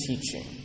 teaching